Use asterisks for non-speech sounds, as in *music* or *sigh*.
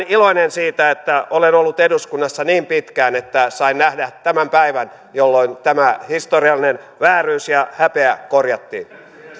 *unintelligible* iloinen siitä että olen ollut eduskunnassa niin pitkään että sain nähdä tämän päivän jolloin tämä historiallinen vääryys ja häpeä korjattiin